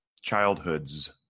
childhood's